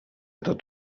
tot